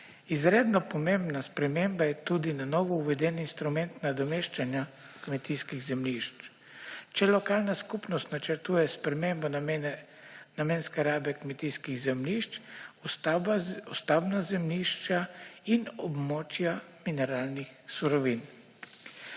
Izredno pomembna sprememba je tudi na novo uveden instrument nadomeščanja kmetijskih zemljišč, če lokalna skupnost načrtuje spremembo namenske rabe kmetijskih zemljišč v stavbna zemljišča in območja mineralnih surovin.